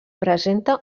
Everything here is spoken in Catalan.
presenta